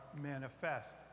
manifest